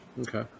Okay